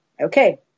Okay